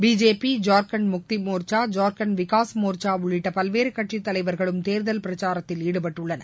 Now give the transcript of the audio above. BJP Jharkhand Mukti Morcha Jharkhand Vikas Morcha உள்ளிட்ட பல்வேறு கட்சித் தலைவர்களும் தேர்தல் பிரச்சாரத்தில் ஈடுபட்டுள்ளனர்